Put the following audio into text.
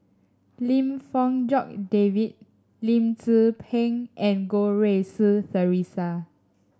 Lim Fong Jock David Lim Tze Peng and Goh Rui Si Theresa